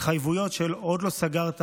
תחלקו ל-24,